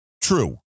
true